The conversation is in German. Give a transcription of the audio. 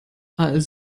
als